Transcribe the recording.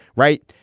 right.